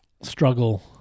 struggle